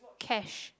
cash